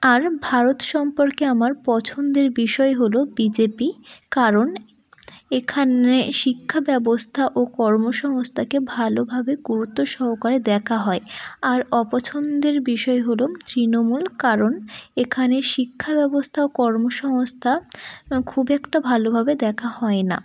আর ভারত সম্পর্কে আমার পছন্দের বিষয় হলো বিজেপি কারণ এখানে শিক্ষা ব্যবস্থা ও কর্মসংস্থাকে ভালোভাবে গুরুত্ব সহকারে দেখা হয় আর অপছন্দের বিষয় হলো তৃণমূল কারণ এখানে শিক্ষা ব্যবস্থা ও কর্মসংস্থা খুব একটা ভালোভাবে দেখা হয় না